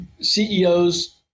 CEOs